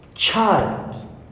Child